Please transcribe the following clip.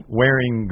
wearing